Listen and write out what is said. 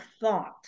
thought